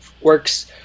works